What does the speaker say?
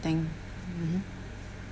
thank mmhmm